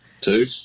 two